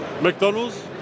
McDonald's